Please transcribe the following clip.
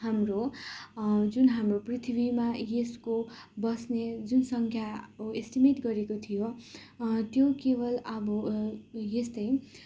हाम्रो जुन हाम्रो पृथ्वीमा यसको बस्ने जुन सङ्ख्या हो एस्टिमेट गरेको थियो त्यो केवल अब यस्तै